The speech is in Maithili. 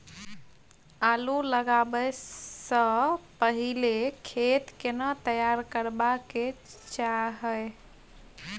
आलू लगाबै स पहिले खेत केना तैयार करबा के चाहय?